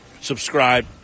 subscribe